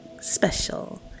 special